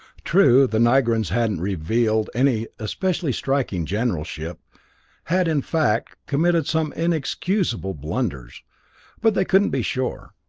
true, the nigrans hadn't revealed any especially striking generalship had, in fact, committed some inexcusable blunders but they couldn't be sure.